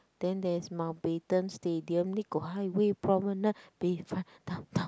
then there's Mountbatten Stadium Nicole Highway Promenade Bayfront Downtown